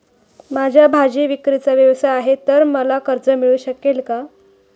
माझा भाजीविक्रीचा व्यवसाय आहे तर मला कर्ज मिळू शकेल का?